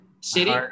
City